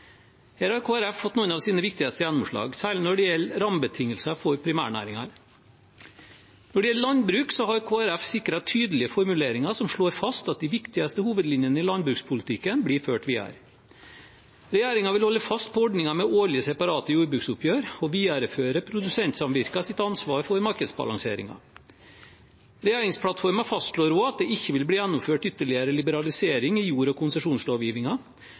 Her har Kristelig Folkeparti fått noen av sine viktigste gjennomslag, særlig når det gjelder rammebetingelser for primærnæringene. Når det gjelder landbruk, har Kristelig Folkeparti sikret tydelige formuleringer som slår fast at de viktigste hovedlinjene i landbrukspolitikken blir ført videre. Regjeringen vil holde fast på ordningen med årlige separate jordbruksoppgjør og videreføre produsentsamvirkenes ansvar for markedsbalanseringen. Regjeringsplattformen fastslår også at det ikke vil bli gjennomført ytterligere liberalisering av jord- og